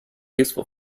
useful